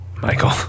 Michael